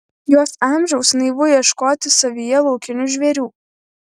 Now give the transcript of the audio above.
jos amžiaus naivu ieškoti savyje laukinių žvėrių